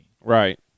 Right